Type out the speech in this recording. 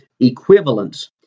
Equivalence